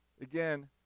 again